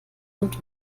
und